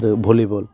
volleyball